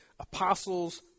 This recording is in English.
apostles